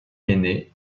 aîné